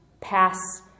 pass